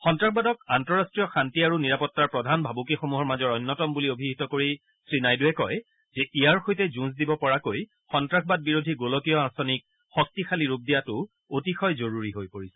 সহ্ৰাসবাদক আন্তঃৰাষ্ট্ৰীয় শান্তি আৰু নিৰাপত্তাৰ প্ৰধান ভাবুকিসমূহৰ মাজৰ অন্যতম বুলি অভিহিত কৰি শ্ৰী নাইডুৱে কয় যে ইয়াৰ সৈতে যুঁজ দিব পৰাকৈ সন্নাসবাদবিৰোধী গোলকীয় আঁচনিক শক্তিশালী ৰূপ দিয়াটো অতিশয় জৰুৰী হৈ পৰিছে